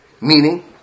Meaning